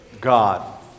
God